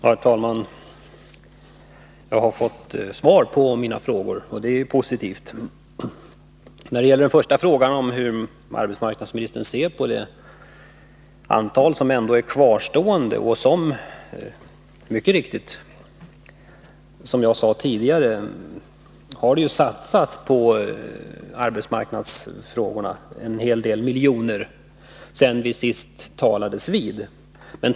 Herr talman! Jag har fått svar på mina frågor, och det är ju positivt. Den första frågan gällde hur arbetsmarknadsministern ser på det antal som ändå är kvarstående. Som jag sade tidigare, har det mycket riktigt satsats en hel del miljoner på arbetsmarknadsfrågorna sedan vi senast talades vid.